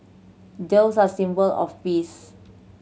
doves are symbol of peace